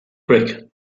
brick